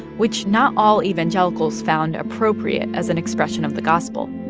which not all evangelicals found appropriate as an expression of the gospel.